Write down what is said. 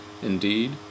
Indeed